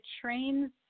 trains